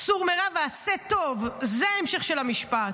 "סור מרע ועשה טוב" זה ההמשך של המשפט,